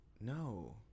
No